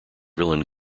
villain